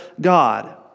God